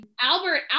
albert